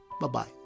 Bye-bye